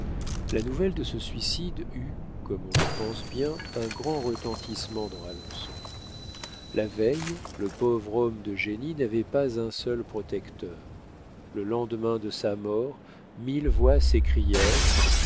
la nouvelle de ce suicide eut comme on le pense bien un grand retentissement dans alençon la veille le pauvre homme de génie n'avait pas un seul protecteur le lendemain de sa mort mille voix s'écrièrent